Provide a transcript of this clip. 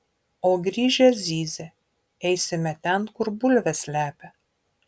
o grįžę zyzia eisime ten kur bulves slepia